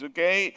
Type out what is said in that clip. Okay